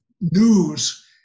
news